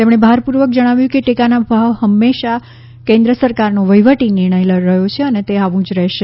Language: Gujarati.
તેમણે ભારપૂર્વક જણાવ્યું કે ટેકાના ભાવ હંમેશાં કેન્દ્ર સરકારનો વફીવટી નિર્ણય રહ્યો છે અને તે આવું જ રહેશે